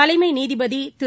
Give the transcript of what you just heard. தலைமை நீதிபதி திரு